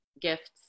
gifts